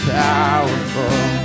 powerful